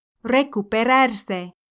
Recuperarse